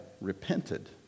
repented